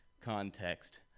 Context